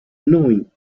knowing